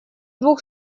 двух